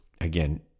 again